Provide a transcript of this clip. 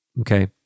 Okay